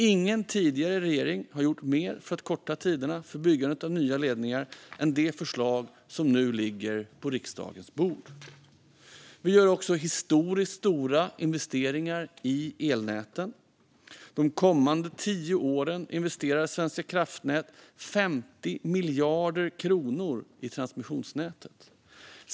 Ingen tidigare regering har gjort mer för att korta tiderna för byggande av nya ledningar än vad vi gör med det förslag som nu ligger på riksdagens bord. Vi gör också historiskt stora investeringar i elnäten. De kommande tio åren investerar Svenska kraftnät 50 miljarder kronor i transmissionsnätet.